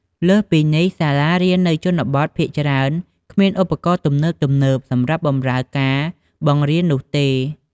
លើសពីនេះ សាលារៀននៅជនបទភាគច្រើន គ្មានឧបករណ៍ទំនើបៗ សម្រាប់បម្រើការបង្រៀននោះទេ។